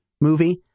movie